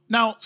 Now